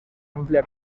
amplia